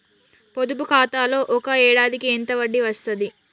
పొదుపు ఖాతాలో ఒక ఏడాదికి ఎంత వడ్డీ వస్తది?